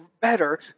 better